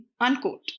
unquote